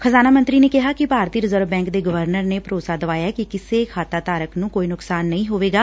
ਖ਼ਜ਼ਾਨਾ ਮੰਤਰੀ ਨੇ ਕਿਹਾ ਕਿ ਭਾਰਤੀ ਰਿਜ਼ਰਵ ਬੈਂਕ ਦੇ ਗਵਰਨਰ ਨੇ ਭਰੋਸਾ ਦਵਾਇਐ ਕਿ ਕਿਸੇ ਖਾਤਾ ਧਾਰਮ ਨੂੰ ਕੋਈ ਨੁਕਸਾਨ ਨਹੀਂ ਹੋਵੇਗਾ